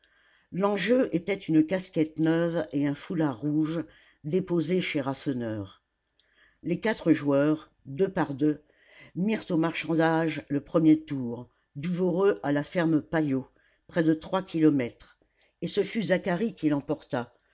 l'enjeu était une casquette neuve et un foulard rouge déposés chez rasseneur les quatre joueurs deux par deux mirent au marchandage le premier tour du voreux à la ferme paillot près de trois kilomètres et ce fut zacharie qui l'emporta